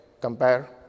compare